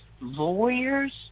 lawyers